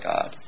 God